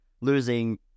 losing